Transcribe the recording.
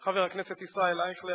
חבר הכנסת ישראל אייכלר.